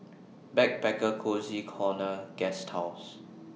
Backpacker Cozy Corner Guesthouse